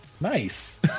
Nice